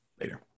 Later